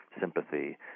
sympathy